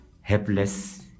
helpless